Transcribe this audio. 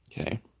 Okay